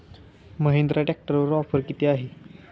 महिंद्रा ट्रॅक्टरवर ऑफर किती आहे?